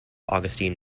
augustine